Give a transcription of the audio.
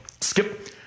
Skip